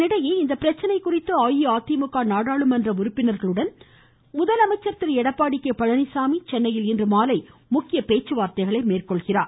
இதனிடையே இப்பிரச்னை குறித்து அஇஅதிமுக நாடாளுமன்ற உறுப்பினர்களுடன் முதலமைச்சர் திரு எடப்பாடி கே பழனிச்சாமி சென்னையில் இன்றுமாலை முக்கிய பேச்சுவார்த்தைகளை மேற்கொள்கிறார்